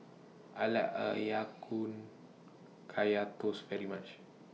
I like A Ya Kun Kaya Toast very much